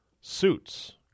suits